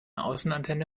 außenantenne